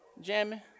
jamming